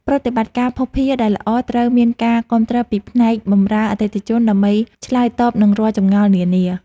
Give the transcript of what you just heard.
ប្រតិបត្តិការភស្តុភារដែលល្អត្រូវមានការគាំទ្រពីផ្នែកបម្រើអតិថិជន ដើម្បីឆ្លើយតបនឹងរាល់ចម្ងល់នានា។